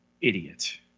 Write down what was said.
Idiot